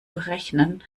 berechnen